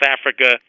Africa